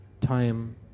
time